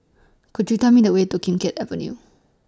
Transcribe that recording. Could YOU Tell Me The Way to Kim Keat Avenue